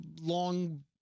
long